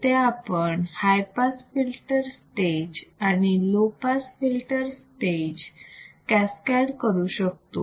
इथे आपण high pass filter stage आणि low pass filter stage cascade करू शकतो